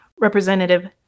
Representative